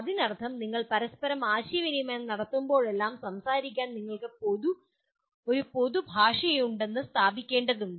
അതിനർത്ഥം നിങ്ങൾ പരസ്പരം ആശയവിനിമയം നടത്തുമ്പോഴെല്ലാം സംസാരിക്കാൻ നിങ്ങൾക്ക് ഒരു പൊതു ഭാഷയുണ്ടെന്ന് സ്ഥാപിക്കേണ്ടതുണ്ട്